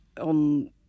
on